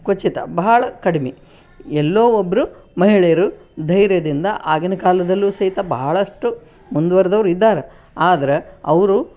ಕೊಚಿತ ಬಹಳ ಕಡಿಮೆ ಎಲ್ಲೋ ಒಬ್ಬರು ಮಹಿಳೆಯರು ಧೈರ್ಯದಿಂದ ಆಗಿನ ಕಾಲದಲ್ಲೂ ಸಹಿತ ಬಹಳಷ್ಟು ಮುಂದುವರ್ದವ್ರು ಇದ್ದಾರೆ ಆದ್ರೆ ಅವರು